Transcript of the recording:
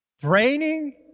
draining